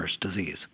disease